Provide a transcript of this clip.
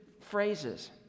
phrases